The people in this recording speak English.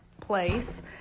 place